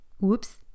whoops